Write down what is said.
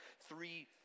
three